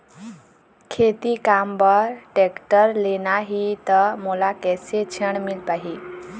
खेती काम बर टेक्टर लेना ही त मोला कैसे ऋण मिल पाही?